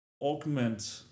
augment